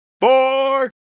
Four